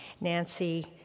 Nancy